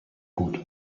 gut